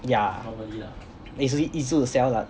yeah and it's also easy to sell lah